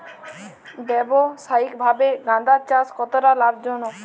ব্যবসায়িকভাবে গাঁদার চাষ কতটা লাভজনক?